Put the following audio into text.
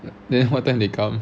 then what time they come